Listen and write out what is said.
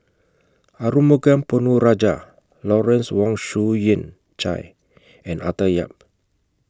Arumugam Ponnu Rajah Lawrence Wong Shyun Tsai and Arthur Yap